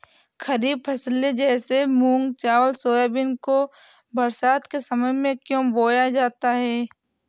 खरीफ फसले जैसे मूंग चावल सोयाबीन को बरसात के समय में क्यो बोया जाता है?